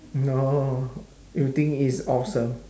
no you think it's awesome